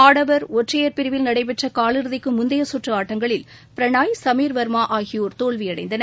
ஆடவர் ஒற்றையர் பிரிவில் நடைபெற்ற காலிறுதிக்கு முந்தைய கற்று ஆட்டங்களில் பிரனாய் சமீர் வர்மா ஆகியோர் தோல்வியடைந்தனர்